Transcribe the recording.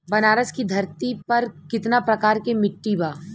बनारस की धरती पर कितना प्रकार के मिट्टी बा?